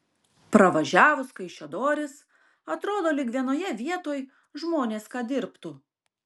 pravažiavus kaišiadoris atrodo lyg vienoje vietoj žmonės ką dirbtų